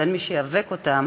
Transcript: ואין מי שייאבק אם